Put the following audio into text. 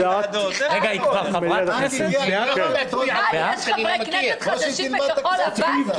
--- יש חברי כנסת חדשים בכחול לבן?